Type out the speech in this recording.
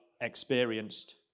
experienced